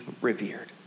revered